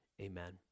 Amen